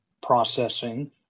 processing